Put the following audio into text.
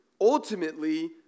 ultimately